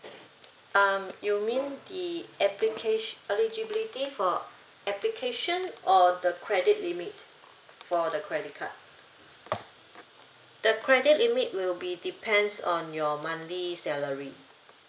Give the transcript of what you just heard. um you mean the application eligibility for application or the credit limit for the credit card the credit limit will be depends on your monthly salary